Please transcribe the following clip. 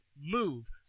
move